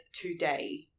today